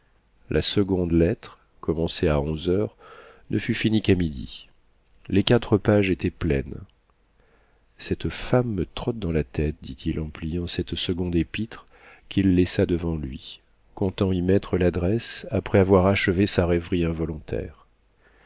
la seconde lettre commencée à onze heures ne fut finie qu'à midi les quatre pages étaient pleines cette femme me trotte dans la tête dit-il en pliant cette seconde épître qu'il laissa devant lui comptant y mettre l'adresse après avoir achevé sa rêverie involontaire